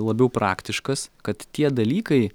labiau praktiškas kad tie dalykai